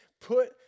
put